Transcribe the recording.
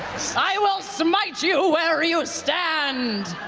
i will smite you where you stand!